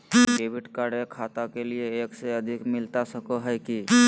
Debit card एक खाता के लिए एक से अधिक मिलता सको है की?